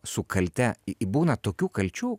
su kalte būna tokių kalčių